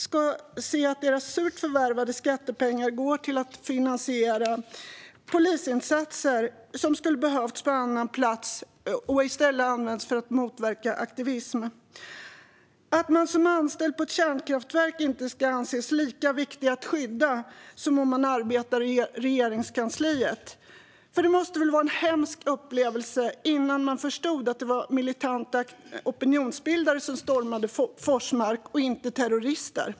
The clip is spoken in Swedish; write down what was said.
De ser att deras surt förvärvade skattepengar går till att finansiera polisinsatser som skulle behövts på annan plats men som nu i stället används för att motverka aktivism. Ska man som anställd på ett kärnkraftverk inte anses lika viktig att skydda som om man arbetar i Regeringskansliet? Det måste ju ha varit en hemsk upplevelse innan man förstod att det var militanta opinionsbildare som stormade Forsmark och inte terrorister.